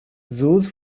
zoos